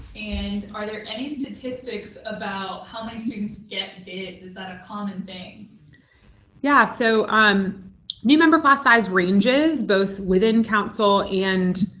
and are there any statistics about how many student get bids? is that a common thing? emilie yeah. so um new member class size ranges both within council and